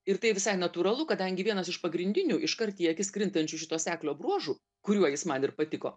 ir tai visai natūralu kadangi vienas iš pagrindinių iškart į akis krintančių šito seklio bruožų kuriuo jis man ir patiko